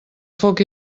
foc